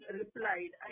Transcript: replied